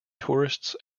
tourists